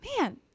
man